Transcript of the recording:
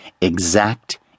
exact